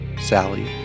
Sally